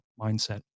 mindset